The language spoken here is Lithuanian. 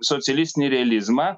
socialistinį realizmą